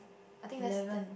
I think less than